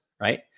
right